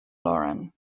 lauren